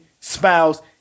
Spouse